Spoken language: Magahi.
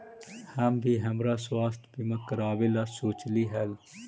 हम भी हमरा स्वास्थ्य बीमा करावे ला सोचली हल